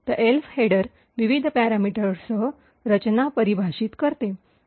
तर ELF header विविध पॅरामीटर्ससह रचना परिभाषित करते